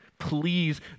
please